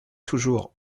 toujours